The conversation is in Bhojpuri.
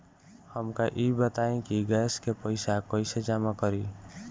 हमका ई बताई कि गैस के पइसा कईसे जमा करी?